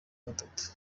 gatatu